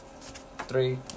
Three